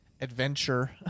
adventure